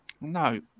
No